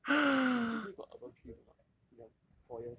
eh his his G_P_A got above three or not in the four years